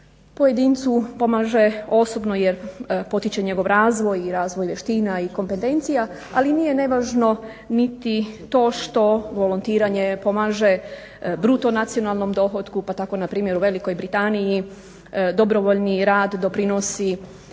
Pojedincu pomaže osobno jer potiče njegov razvoj i razvoj vještina i kompetencija, ali nije nevažno niti to što volontiranje pomaže bruto nacionalnom dohotku, pa tako npr. u Velikoj Britaniji dobrovoljni rad doprinosi